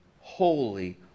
holy